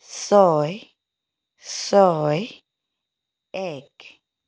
ছয় ছয় এক